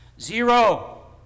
Zero